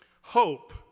Hope